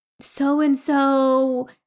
so-and-so